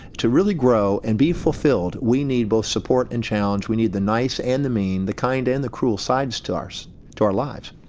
to really grow and be fulfilled we need both support and challenge we need the nice and the mean the kind and the cruel sides to us, to our lives.